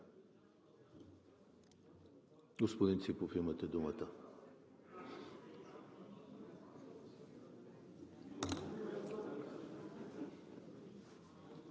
Господин Ципов, имате думата.